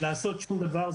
לעשות שום דבר,